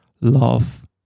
love